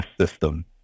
system